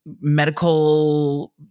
medical